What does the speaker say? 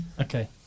Okay